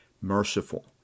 merciful